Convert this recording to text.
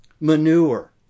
Manure